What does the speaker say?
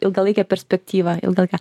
ilgalaikę perspektyvą ilgą laiką